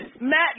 Matt